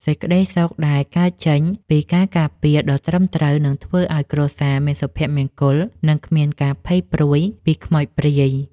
សេចក្តីសុខដែលកើតចេញពីការការពារដ៏ត្រឹមត្រូវនឹងធ្វើឱ្យគ្រួសារមានសុភមង្គលនិងគ្មានការភ័យព្រួយពីខ្មោចព្រាយ។